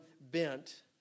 bent